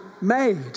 made